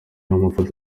amafoto